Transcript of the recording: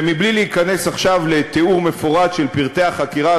ובלי להיכנס עכשיו לתיאור מפורט של פרטי החקירה,